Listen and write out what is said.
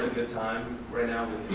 time now